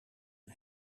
een